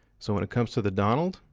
so when it comes to the donald,